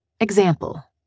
Example